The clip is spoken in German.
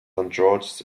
george’s